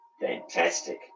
Fantastic